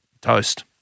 toast